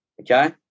Okay